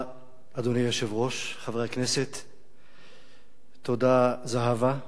אדוני היושב-ראש, חברי הכנסת, תודה, זהבה,